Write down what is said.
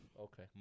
Okay